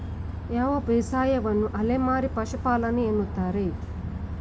ಯಾವ ಬೇಸಾಯವನ್ನು ಅಲೆಮಾರಿ ಪಶುಪಾಲನೆ ಎನ್ನುತ್ತಾರೆ?